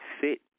fit